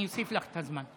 אני אוסיף לך את הזמן.